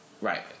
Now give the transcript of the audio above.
Right